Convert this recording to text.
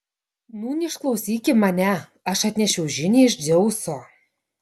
nūn išklausyki mane aš atnešiau žinią iš dzeuso